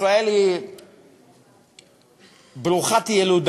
ישראל היא ברוכת ילודה